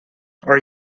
are